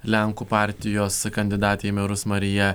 lenkų partijos kandidatė į merus marija